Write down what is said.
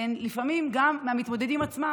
הן לפעמים גם מהמתמודדים עצמם,